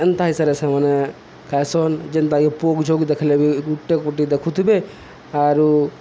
ଏନ୍ତା ହିସାରେ ସେମାନେ ଫ୍ୟାସନ୍ ଯେନ୍ତା କି ପୁଅକୁ ଝିଅକୁ ଦେଖିଲେ ବି ଗୁଟେ କୁଟି ଦେଖୁଥିବେ ଆରୁ